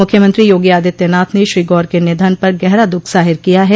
मुख्यमंत्री योगी आदित्यनाथ ने श्री गौर के निधन पर गहरा दुःख जाहिर किया है